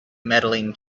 medaling